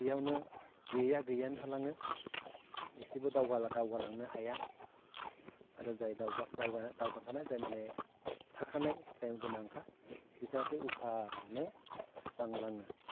बेयावनो गैयिया गैयानो थालाङो एसेबो दावगालां दावगालांनो हाया आरो जाय दावगाखानाय जाय माने थाखानाय जाय गोनांखा बिसोरहासो उल्थानो बांलाङो